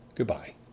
Goodbye